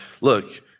look